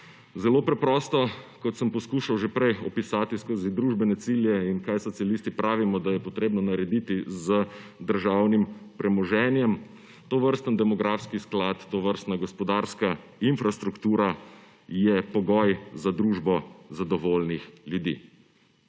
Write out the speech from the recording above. Zelo preprosto, kot sem poskušal že prej opisati skozi družbene cilje in kaj socialisti pravimo, da je potrebno narediti z državnim premoženjem - tovrsten demografski sklad, tovrstna gospodarska infrastruktura, je pogoj za družbo zadovoljnih ljudi,